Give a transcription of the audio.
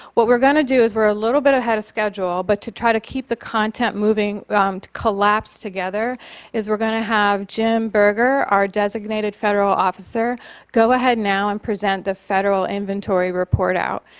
what we're going to do is we're a little bit ahead of schedule, but to try to keep the content moving to collapse together is we're going to have jim berger, our designated federal officer go ahead now and present the federal inventory report out.